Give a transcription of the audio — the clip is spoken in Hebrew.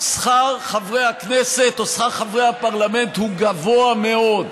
שכר חברי הכנסת או שכר חברי הפרלמנט הוא גבוה מאוד.